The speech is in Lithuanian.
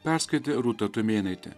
perskaitė rūta tumėnaitė